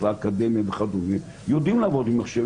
האקדמיה וכדומה יודעים לעבוד עם מחשב.